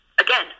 again